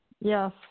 Yes